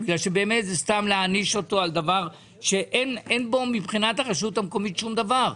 בגלל שזה להעניש אותו על דבר שמבחינת הרשות המקומית אין בו שום דבר.